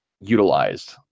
utilized